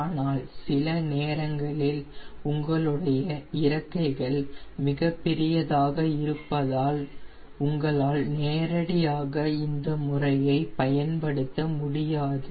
ஆனால் சில நேரங்களில் உங்களுடைய இறக்கைகள் மிகப்பெரியதாக இருப்பதால் உங்களால் நேரடியாக இந்த முறையை பயன்படுத்த முடியாது